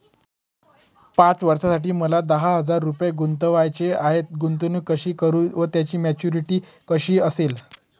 पाच वर्षांसाठी मला दहा हजार रुपये गुंतवायचे आहेत, गुंतवणूक कशी करु व त्याची मॅच्युरिटी कशी असेल?